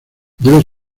debe